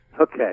Okay